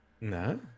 No